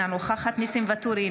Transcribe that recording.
אינה נוכחת ניסים ואטורי,